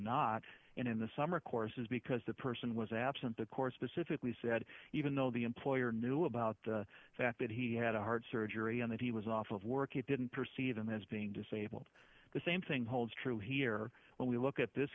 not in the summer courses because the person was absent the course specifically said even though the employer knew about the fact that he had a heart surgery and that he was off of work it didn't perceive him as being disabled the same thing holds true here when we look at this